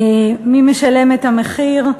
מי משלם את המחיר?